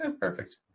Perfect